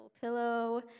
pillow